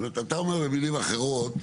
זאת אומרת אתה אומר, במילים אחרות,